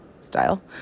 style